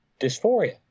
dysphoria